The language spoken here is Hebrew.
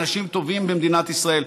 אנשים טובים במדינת ישראל.